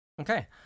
Okay